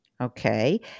Okay